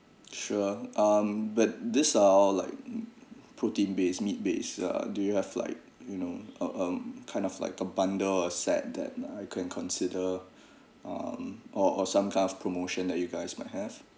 sure um but these are all like protein based meat based uh do you have like you know um kind of like the bundle or set that I can consider um or or some kind of promotion that you guys might have